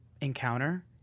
encounter